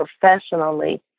professionally